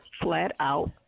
flat-out